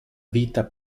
vita